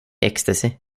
ecstasy